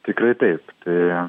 tikrai taip tai